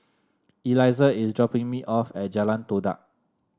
Elizah is dropping me off at Jalan Todak